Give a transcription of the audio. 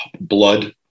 blood